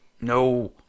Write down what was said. No